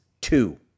Two